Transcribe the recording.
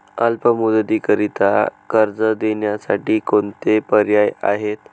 अल्प मुदतीकरीता कर्ज देण्यासाठी कोणते पर्याय आहेत?